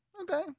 Okay